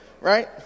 right